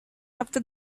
after